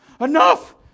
enough